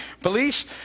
Police